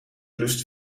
lust